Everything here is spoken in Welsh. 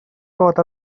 bod